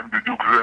הם בדיוק זה.